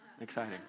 exciting